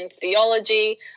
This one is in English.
theology